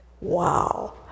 Wow